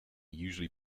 usually